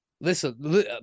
Listen